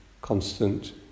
constant